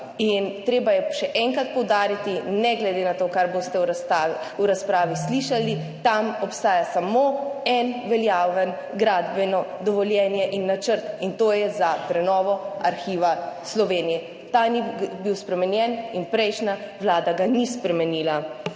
In treba je še enkrat poudariti, ne glede na to, kar boste v razpravi slišali, tam obstaja samo eno veljavno gradbeno dovoljenje in načrt, in to je za prenovo Arhiva Slovenije. Ta ni bil spremenjen in prejšnja Vlada ga ni spremenila.